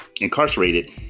incarcerated